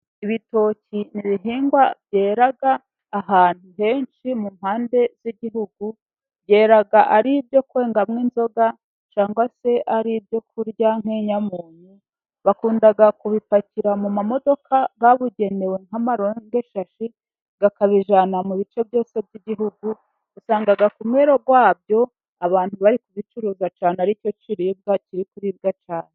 Ibitoki n'ibihingwa byera ahantu henshi mu mpande z'igihugu. Byera ari ibyo kwengamo inzoga, cyangwa se ari ibyo kurya nk'inyamunyu. Bakunda kubipakira mu mamodoka yabugenewe nk'amarongeshashi, akabijyana mu bice byose by'Igihugu. Usanga ku mwero wabyo abantu bari ku bicuruza cyane, ari cyo kiribwa kiri kuribwa cyane.